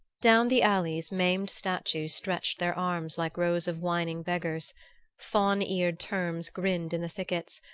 down the alleys maimed statues stretched their arms like rows of whining beggars faun-eared terms grinned in the thickets,